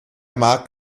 mark